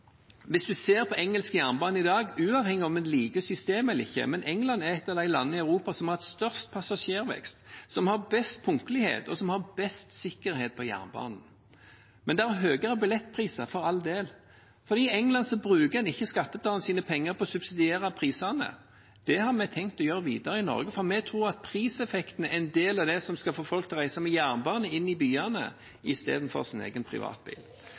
hvis en ser på engelsk jernbane i dag, uavhengig av om en liker systemet eller ikke, er England et av de landene i Europa som har hatt størst passasjervekst, som har best punktlighet, og som har best sikkerhet på jernbanen. Men det er høyere billettpriser – for all del – for i England bruker en ikke skattebetalernes penger på å subsidiere prisene. Det har vi tenkt å gjøre videre i Norge, for vi tror at priseffekten er en del av det som skal få folk til å reise med jernbane inn til byene i stedet for med sin egen privatbil.